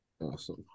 awesome